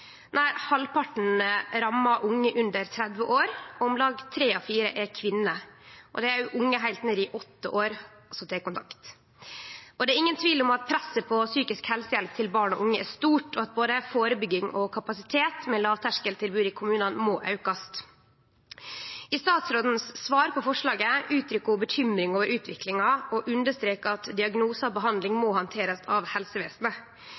halvparten rammar unge under 30 år. Om lag tre av fire er kvinner, og det er òg unge heilt ned til 8 år som tek kontakt. Det er ingen tvil om at presset på psykisk helsehjelp til barn og unge er stort, og at både førebygging og kapasitet med lågterskeltilbod i kommunane må få ein auke. I statsrådens svar til forslaget uttrykkjer ho bekymring over utviklinga og understrekar at diagnose og behandling må bli handtert av helsevesenet.